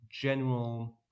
general